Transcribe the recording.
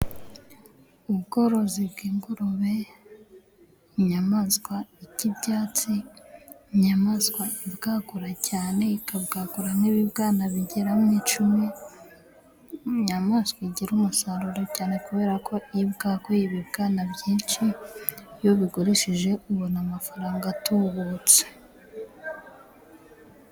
Ubworozi bw'ingurube, inyamaswa irya ibyatsi, inyamaswa ibwagura cyane, ikabwagura nk'ibibwana bigera mu icumi. Inyamaswa igira umusaruro cyane kubera ko iyo ibwaguye ibibwana byinshi, iyo ubigurishije ubona amafaranga atubutse.